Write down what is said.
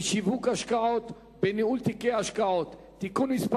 בשיווק השקעות ובניהול תיקי השקעות (תיקון מס'